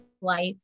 life